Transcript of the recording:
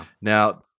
Now